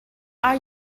are